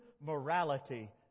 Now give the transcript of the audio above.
morality